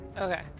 Okay